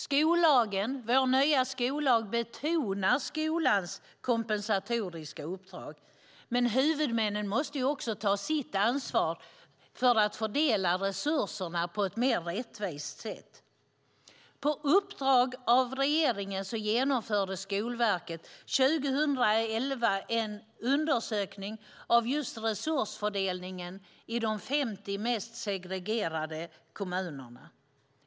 Skollagen - vår nya skollag - betonar skolans kompensatoriska uppdrag, men huvudmännen måste också ta sitt ansvar för att fördela resurserna på ett mer rättvist sätt. På uppdrag av regeringen genomförde Skolverket 2011 en undersökning av just resursfördelningen i de 50 mest segregerade kommunerna.